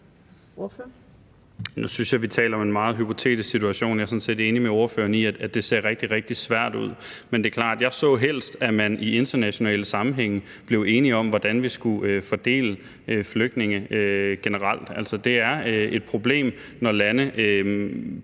Nu synes jeg, at vi taler om en meget hypotetisk situation. Jeg er sådan set enig med ordføreren i, at det ser rigtig, rigtig svært ud. Men det er klart, at jeg helst så, at vi i internationale sammenhænge blev enige om, hvordan vi skulle fordele flygtninge generelt. Altså, det er et problem, når lande